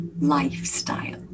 lifestyle